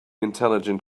intelligent